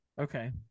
Okay